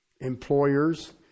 employers